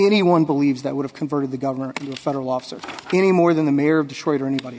anyone believes that would have converted the government federal officers any more than the mayor of detroit or anybody